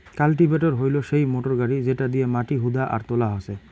cultivator হইলো সেই motor গাড়ি যেটা দিয়া মাটি হুদা আর তোলা হসে